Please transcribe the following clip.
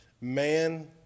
Man